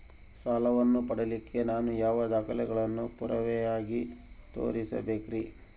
ಸಾಲವನ್ನು ಪಡಿಲಿಕ್ಕೆ ನಾನು ಯಾವ ದಾಖಲೆಗಳನ್ನು ಪುರಾವೆಯಾಗಿ ತೋರಿಸಬೇಕ್ರಿ?